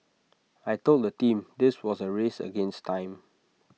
I Told the team this was A race against time